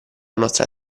nostra